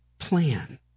plan